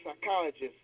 psychologist